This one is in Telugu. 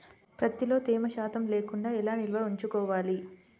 ప్రత్తిలో తేమ శాతం లేకుండా ఎలా నిల్వ ఉంచుకోవాలి?